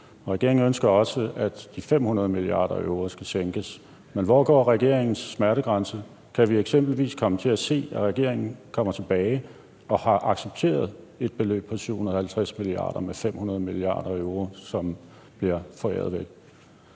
regeringen ønsker også, at beløbet på de 500 mia. euro skal reduceres, men hvor går regeringens smertegrænse? Kan vi eksempelvis komme til at se, at regeringen kommer tilbage og har accepteret et beløb på 750 mia. eller 500 mia. euro, som bliver foræret væk?